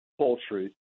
poultry